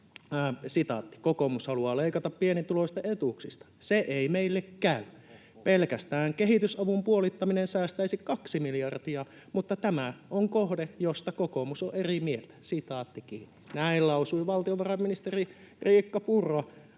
mieltä.” Näin lausui valtiovarainministeri Riikka Purra